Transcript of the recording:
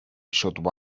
should